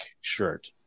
shirt